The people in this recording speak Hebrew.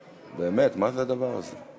באמת, מה זה הדבר הזה?